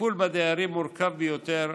הטיפול בדיירים מורכב ביותר,